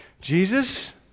Jesus